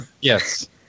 Yes